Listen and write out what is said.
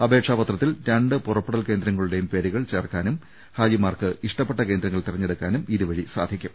അപേക്ഷാ പത്രത്തിൽ രണ്ട് പുറപ്പെടൽ കേന്ദ്രങ്ങളുടെയും പേരുകൾ ചേർക്കാനും ഹാജിമാർക്ക് ഇഷ്ടപ്പെട്ട കേന്ദ്രങ്ങൾ തിരഞ്ഞെടുക്കാനും സാധിക്കും